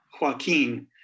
Joaquin